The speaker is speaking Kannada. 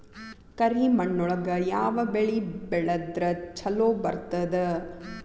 ಕರಿಮಣ್ಣೊಳಗ ಯಾವ ಬೆಳಿ ಬೆಳದ್ರ ಛಲೋ ಬರ್ತದ?